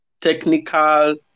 technical